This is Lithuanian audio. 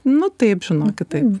nu taip žinokit taip